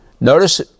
Notice